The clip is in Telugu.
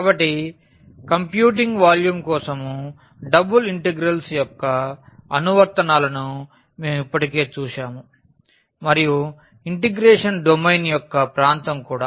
కాబట్టి కంప్యూటింగ్ వాల్యూమ్ కోసం డబుల్ ఇంటిగ్రల్స్ యొక్క అనువర్తనాలను మేము ఇప్పటికే చూశాము మరియు ఇంటిగ్రేషన్ డొమైన్ యొక్క ప్రాంతం కూడా